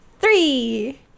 Three